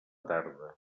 tarda